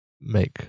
make